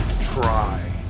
Try